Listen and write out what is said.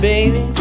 Baby